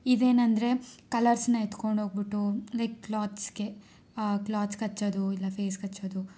ಇದೇನಂದರೆ ಕಲರ್ಸನ್ನ ಎತ್ಕೊಂಡು ಹೋಗ್ಬಿಟ್ಟು ಲೈಕ್ ಕ್ಲಾತ್ಸ್ಗೆ ಕ್ಲಾತ್ಸ್ಗೆ ಹಚ್ಚೋದು ಇಲ್ಲ ಫೇಸ್ಗೆ ಹಚ್ಚೋದು